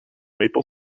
maple